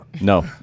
no